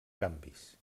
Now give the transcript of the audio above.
canvis